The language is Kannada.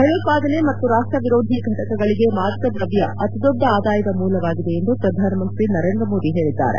ಭಯೋತ್ಪಾದನೆ ಮತ್ತು ರಾಷ್ಷ ವಿರೋಧಿ ಘಟಕಗಳಿಗೆ ಮಾದಕ ದ್ರವ್ಯ ಅತಿದೊಡ್ಡ ಆದಾಯದ ಮೂಲವಾಗಿದೆ ಎಂದು ಪ್ರಧಾನ ಮಂತ್ರಿ ನರೇಂದ್ರ ಮೋದಿ ಹೇಳಿದ್ಲಾರೆ